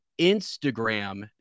Instagram